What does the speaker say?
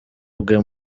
bwe